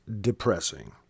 depressing